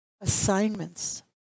assignments